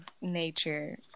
nature